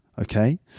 okay